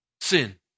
Sin